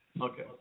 Okay